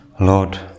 Lord